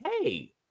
Hey